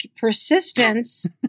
persistence